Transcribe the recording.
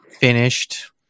finished